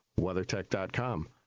WeatherTech.com